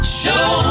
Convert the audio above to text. show